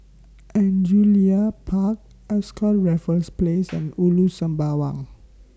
Angullia Park Ascott Raffles Place and Ulu Sembawang